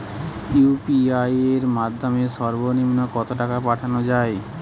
UPI এর মাধ্যমে সর্ব নিম্ন কত টাকা পাঠানো য়ায়?